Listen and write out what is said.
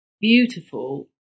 beautiful